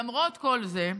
למרות כל זה,